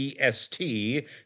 EST